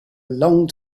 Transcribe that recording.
long